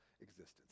existence